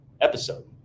episode